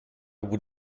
would